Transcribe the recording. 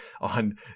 on